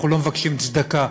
אנחנו לא מבקשים צדקה,